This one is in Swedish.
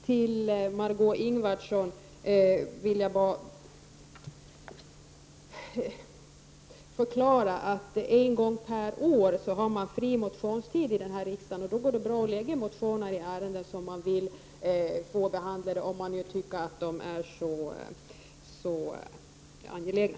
För Margö Ingvardsson vill jag bara förklara att man en gång per år har allmän motionstid här i riksdagen och att det då går bra att väcka motioner i frågor som man vill få behandlade, om man tycker att de är angelägna.